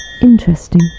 Interesting